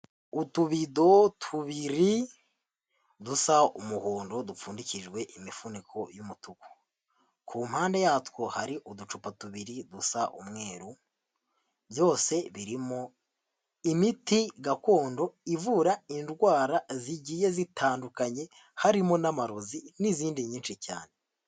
Utubido tubiri dusa umuhondo dupfundikijwe imifuniko y'umutuku, ku mpande yatwo hari uducupa tubiri du gusa umweru, byose birimo imiti gakondo ivura indwara zigiye zitandukanye harimo n'amarozi n'izindi nyinshi cyane.